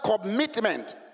commitment